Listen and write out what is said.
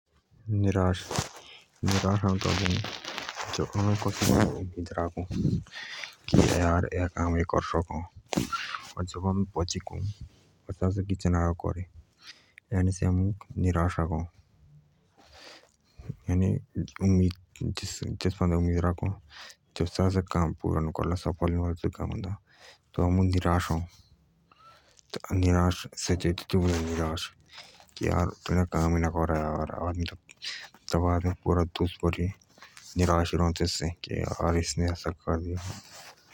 निराश निराश आम तबे होऊं जब आम कतु चिजा के उम्मीद राखु कि एजा काम से करे सकअ पर से किच ना राअः करें आम तब निराश ओऊ जब आम कसीसे उम्मीद राखु और से करीना तब पुरे दुस निराश राअः।